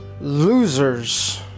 losers